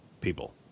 people